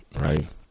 right